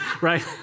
right